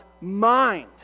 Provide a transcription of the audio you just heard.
mind